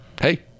Hey